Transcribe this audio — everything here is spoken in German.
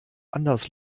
anders